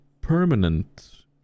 Permanent